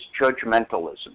judgmentalism